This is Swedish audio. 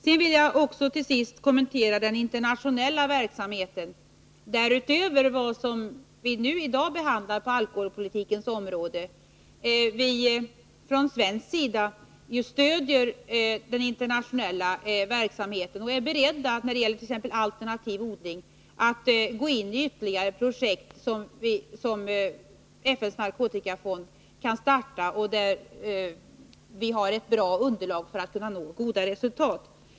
Till sist vill jag kommentera den internationella verksamheten, utöver det som tas upp i dagens behandling av den frågan på alkoholpolitikens område. Från svensk sida stödjer vi den internationella verksamheten, och när det gäller t.ex. alternativ odling är vi beredda att gå in i ytterligare projekt som FN:s narkotikafond kan starta och där vi har ett bra underlag för att kunna nå goda resultat.